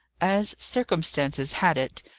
as circumstances had it,